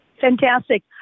Fantastic